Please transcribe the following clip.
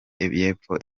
y’epfo